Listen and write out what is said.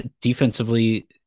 defensively